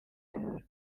arthur